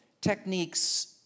techniques